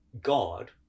God